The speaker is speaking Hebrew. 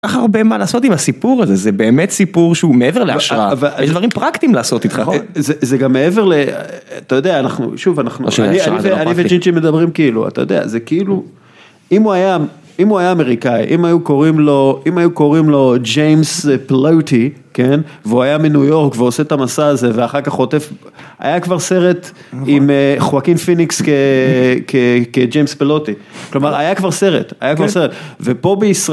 אין לך הרבה מה לעשות עם הסיפור הזה, זה באמת סיפור שהוא מעבר להשראה. אבל... אבל... יש דברים פרקטיים לעשות איתך. נכון. זה גם מעבר ל... אתה יודע, אנחנו... שוב, אני וג'ינג'י מדברים כאילו, אתה יודע, זה כאילו, אם הוא היה... אם הוא היה אמריקאי, אם היו קוראים לו... אם היו קוראים לו ג'יימס פלוטי, כן? והוא היה מניו יורק, ועושה את המסע הזה, ואחר כך חוטף, היה כבר סרט עם חואקין פיניקס כ... כ... ג'יימס פלוטי, כלומר היה כבר סרט, היה כבר סרט, ופה בישראל...